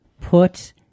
put